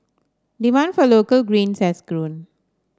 demand for local greens has grown